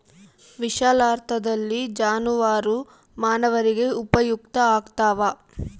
ವಿಶಾಲಾರ್ಥದಲ್ಲಿ ಜಾನುವಾರು ಮಾನವರಿಗೆ ಉಪಯುಕ್ತ ಆಗ್ತಾವ